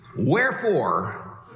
Wherefore